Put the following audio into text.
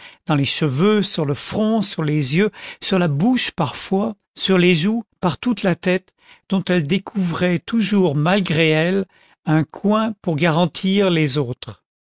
dans les cheveux sur le front sur les yeux sur la bouche parfois sur les joues par toute la tête dont elle découvrait toujours malgré elle un coin pour garantir les autres